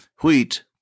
wheat